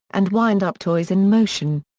and wind-up toys in motion.